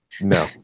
No